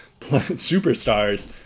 superstars